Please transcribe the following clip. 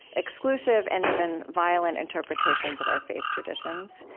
exclusive, and even violent interpretations of our faith traditions.